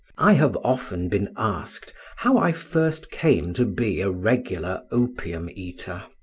i have often been asked how i first came to be a regular opium-eater,